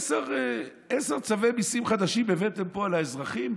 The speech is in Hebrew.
עשרה צווי מיסים חדשים הבאתם פה על האזרחים,